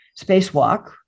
spacewalk